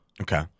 Okay